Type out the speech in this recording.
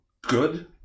good